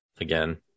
again